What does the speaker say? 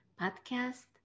podcast